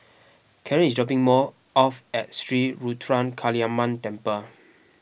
Karren is dropping more off at Sri Ruthra Kaliamman Temple